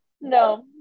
no